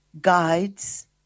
guides